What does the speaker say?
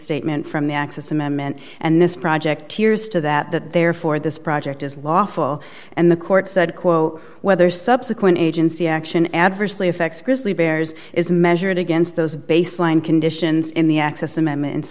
statement from the access amendment and this project tears to that that therefore this project is lawful and the court said quote whether subsequent agency action adversely affects grizzly bears is measured against those baseline conditions in the access amendments